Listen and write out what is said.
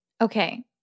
Okay